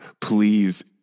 Please